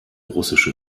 russische